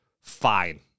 fine